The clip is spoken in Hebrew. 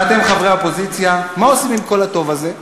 ואתם, חברי האופוזיציה, מה עושים עם כל הטוב הזה?